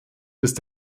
ist